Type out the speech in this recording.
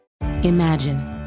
Imagine